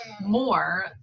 more